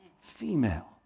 Female